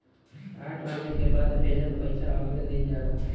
आठ बजे के बाद भेजल पइसा अगले दिन जाला